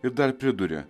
ir dar priduria